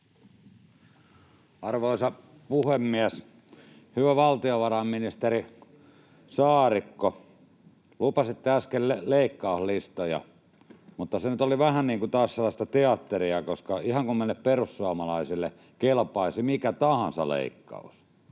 Arvoisa puhemies! Hyvä valtiovarainministeri Saarikko, lupasitte äsken leikkauslistoja, mutta se nyt oli vähän niin kuin taas sellaista teatteria, koska ihan niin kuin meille perussuomalaisille kelpaisi mikä tahansa leikkaus.